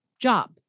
job